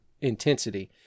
intensity